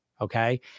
Okay